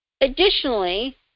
Additionally